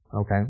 Okay